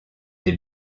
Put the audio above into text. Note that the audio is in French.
des